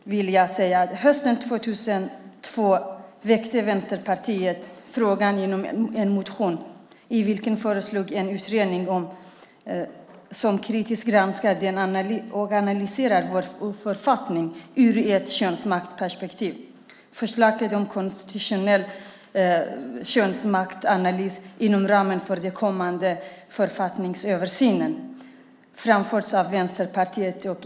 Hösten 2002 väckte Vänsterpartiet en motion i vilken det föreslogs en utredning som kritiskt granskar och analyserar vår författning ur ett könsmaktsperspektiv. Förslag om konstitutionell könsmaktsanalys inom ramen för den kommande författningsöversynen framfördes av Vänsterpartiet.